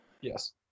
Yes